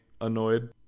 annoyed